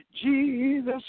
Jesus